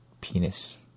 penis